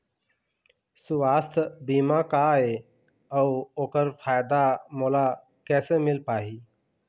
सुवास्थ बीमा का ए अउ ओकर फायदा मोला कैसे मिल पाही?